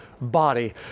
body